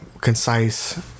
concise